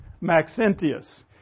Maxentius